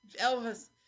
Elvis